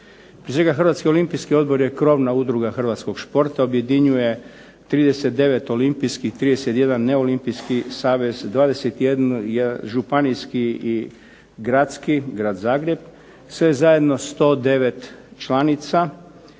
Hrvatski olimpijski odbor je krovna udruga hrvatskog športa. Objedinjuje 39 olimpijski i 31 neolimpijski savez, 21 županijski i grad Zagreb, sve zajedno 109 članica